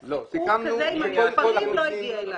סיכום כזה עם מספרים לא הגיע אליי.